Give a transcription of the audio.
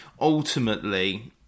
ultimately